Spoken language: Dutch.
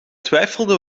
twijfelde